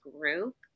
group